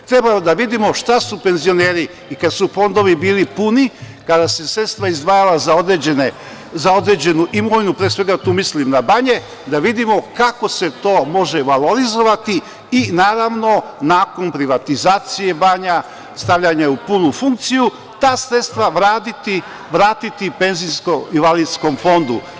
Treba da vidimo šta su penzioneri, i kada su fondovi bili puni, kada su se sredstva izdvajala za određenu imovinu, pre svega, tu mislim na banje, da vidimo kako se to može valorizovati i naravno, nakon privatizacije banja, stavljanja u punu funkciju, ta sredstva vratiti penzijsko-invalidskom fondu.